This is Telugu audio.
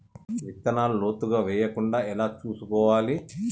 విత్తనాలు లోతుగా వెయ్యకుండా ఎలా చూసుకోవాలి?